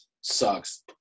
sucks